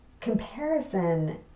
comparison